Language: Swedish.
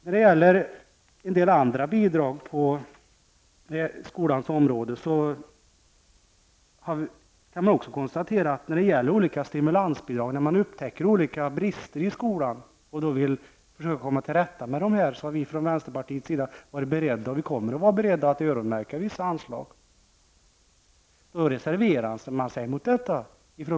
När det gäller en del andra bidrag, t.ex. statsbidrag, på skolans område har vänsterpartiet varit beredda och kommer att vara beredda att öronmärka vissa anslag. Det kan gälla när man upptäcker olika brister i skolan och vill försöka komma tillrätta med dem. Då reserverar sig moderata samlingspartiet mot detta.